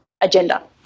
agenda